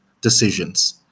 decisions